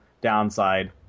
downside